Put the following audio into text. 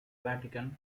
vatican